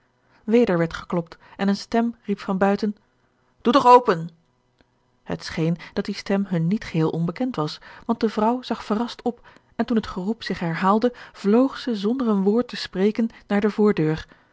weder werd geklopt en eene stem riep van buiten doe toch open het scheen dat die stem hun niet geheel onbekend was want de vrouw zag verrast op en toen het geroep zich herhaalde vloog zij zonder een woord te spreken naar de voordeur